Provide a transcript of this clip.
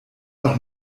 doch